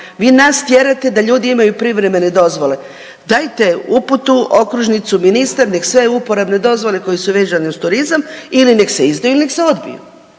vi nas tjerate da ljudi imaju privremene dozvole. Dajte uputu, okružnicu, ministar nek sve uporabne dozvole koje su vezane uz turizam ili nek se izdaju ili nek se odbiju.